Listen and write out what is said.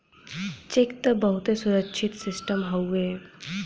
check त बहुते सुरक्षित सिस्टम हउए